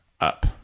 up